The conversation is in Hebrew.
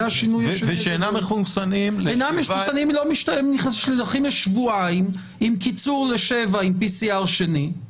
שאינם מחוסנים נשלחים לשבועיים עם קיצור לשבעה ימים עם PCR שני.